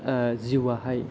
जिउआहाय